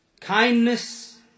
kindness